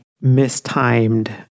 mistimed